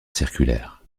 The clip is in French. circulaire